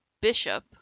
bishop